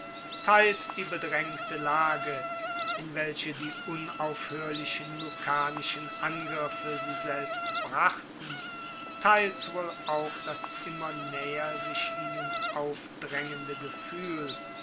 teils die bedraengte lage in welche die unaufhoerlichen lucanischen angriffe sie selbst brachten teils wohl auch das immer naeher sich ihnen aufdraengende gefuehl